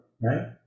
right